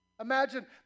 Imagine